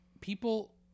people